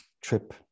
trip